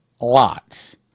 lots